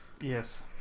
Yes